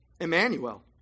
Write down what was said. Emmanuel